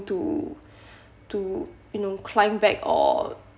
to to you know climb back or